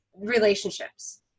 relationships